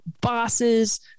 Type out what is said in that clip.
bosses